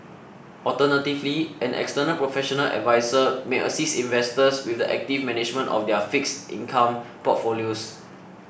alternatively an external professional adviser may assist investors with the active management of their fixed income portfolios